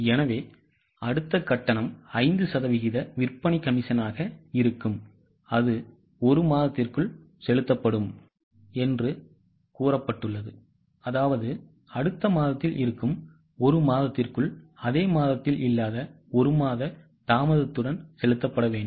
எனவே அடுத்த கட்டணம் 5 சதவீத விற்பனை கமிஷனாக இருக்கும் அது ஒரு மாதத்திற்குள் செலுத்தப்படும் என்று கூறப்பட்டுள்ளதுஅதாவது அடுத்த மாதத்தில் இருக்கும் ஒரு மாதத்திற்குள் அதே மாதத்தில் இல்லாத ஒரு மாத தாமதத்துடன் செலுத்தப்பட வேண்டும்